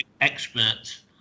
experts